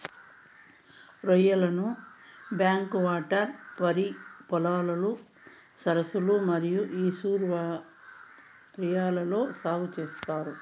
రొయ్యలను back waters, వరి పొలాలు, సరస్సులు మరియు ఈస్ట్యూరీలలో సాగు చేత్తారు